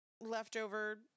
leftover